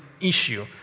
issue